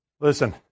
Listen